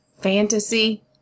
fantasy